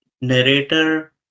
narrator